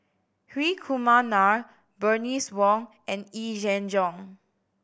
Hri Kumar Nair Bernice Wong and Yee Jenn Jong